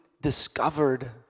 discovered